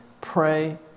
pray